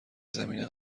زمینه